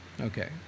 Okay